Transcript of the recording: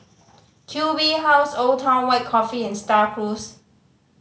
Q B House Old Town White Coffee and Star Cruise